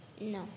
No